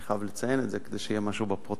אני חייב לציין את זה כדי שיהיה משהו בפרוטוקול,